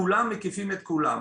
כולם מקיפים את כולם.